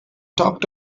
talked